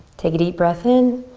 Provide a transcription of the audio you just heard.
take a deep breath in,